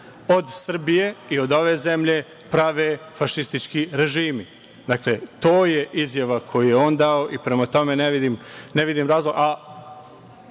od Srbije i od ove zemlje prave fašistički režimi. To je izjava koju je on dao i prema tome ne vidim razlog,